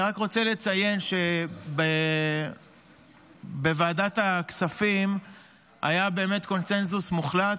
אני רק רוצה לציין שבוועדת הכספים היה באמת קונסנזוס מוחלט,